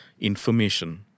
information